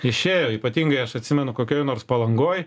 išėjo ypatingai aš atsimenu kokioj nors palangoj